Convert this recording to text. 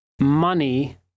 Money